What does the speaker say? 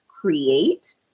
create